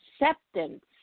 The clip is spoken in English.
acceptance